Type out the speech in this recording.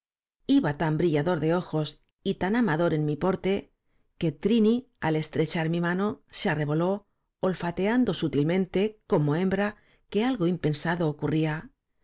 iba tan brillador de ojos y tan amador en mi porte que trini al estrechar mi mano se arreboló olfateando s u tilmente como hembra que algo impensado ocurría